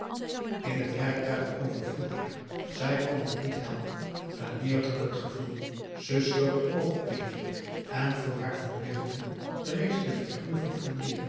in het rijtuig overviel haar zij kon het niet helpen een neerdrukkend gevoel ze sloot de oogen even en voor haar verbeelding rees de figuur van fournier